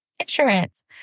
insurance